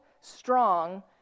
strong